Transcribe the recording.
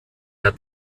der